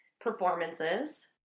performances